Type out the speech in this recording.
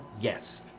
yes